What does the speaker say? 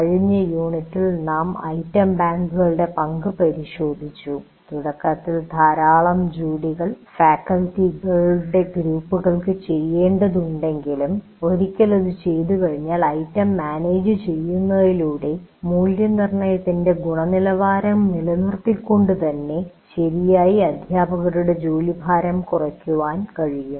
കഴിഞ്ഞ യൂണിറ്റിൽ നാം ഐറ്റം ബാങ്കുകളുടെ പങ്ക് പരിശോധിച്ചു തുടക്കത്തിൽ ധാരാളം ജോലികൾ ഫാക്കൽറ്റികളുടെ ഗ്ഗ്രൂപ്പുകൾക്ക് ചെയ്യേണ്ടതുണ്ട് എങ്കിലും ഒരിക്കൽ അത് ചെയ്തുകഴിഞ്ഞാൽ ഐറ്റം മാനേജുചെയ്യുന്നതിലൂടെ മൂല്യനിർണ്ണയത്തിൻറെ ഗുണനിലവാരം നിലനിർത്തിക്കൊണ്ടു തന്നെ ശരിയായി അധ്യാപകരുടെ ജോലി ഭാരം കുറയ്ക്കാൻ കഴിയും